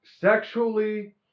sexually